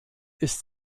ist